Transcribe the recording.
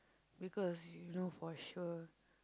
because you know for sure